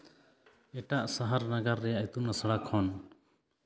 ᱮᱴᱟᱜ ᱥᱟᱦᱟᱨ ᱱᱟᱜᱟᱨ ᱨᱮᱭᱟᱜ ᱤᱛᱩᱱ ᱟᱥᱲᱟ ᱠᱷᱚᱱ